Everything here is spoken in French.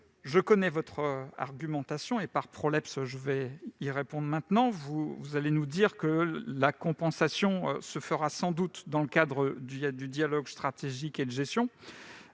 Je connais votre argumentation et, par prolepse, j'y réponds dès à présent. Vous allez nous dire que la compensation se fera sans doute dans le cadre du dialogue stratégique et de gestion.